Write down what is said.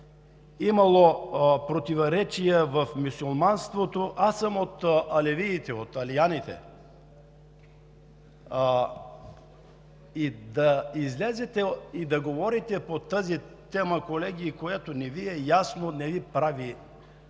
имало противоречия в мюсюлманството. Аз съм от алевитите, от алианите и да излезете и да говорите по тази тема, колеги, която не Ви е ясна, не Ви прави